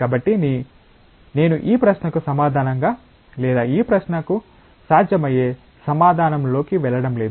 కాబట్టి నేను ఈ ప్రశ్నకు సమాధానంగా లేదా ఈ ప్రశ్నకు సాధ్యమయ్యే సమాధానంలోకి వెళ్ళడం లేదు